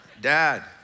Dad